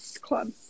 Club